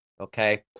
Okay